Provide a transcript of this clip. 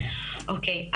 אוקי,